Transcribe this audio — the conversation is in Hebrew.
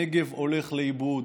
הנגב הולך לאיבוד,